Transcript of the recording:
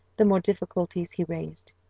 the more difficulties he raised.